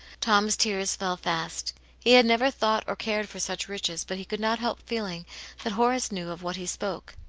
tom's tears fell fast he had never thought or cared for such riches, but he could not help feeling that horace knew of what he spoke.